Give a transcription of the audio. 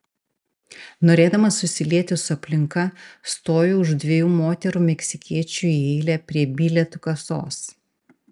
norėdamas susilieti su aplinka stoju už dviejų moterų meksikiečių į eilę prie bilietų kasos